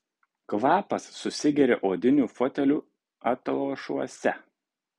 kvapas susigeria odinių fotelių atlošuose